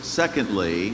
secondly